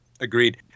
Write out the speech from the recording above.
Agreed